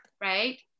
right